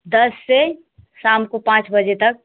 दस से शाम को पाँच बजे तक